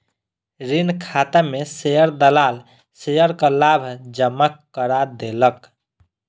ऋण खाता में शेयर दलाल शेयरक लाभ जमा करा देलक